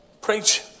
Preach